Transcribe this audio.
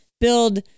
build